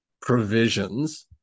provisions